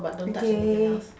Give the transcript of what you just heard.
okay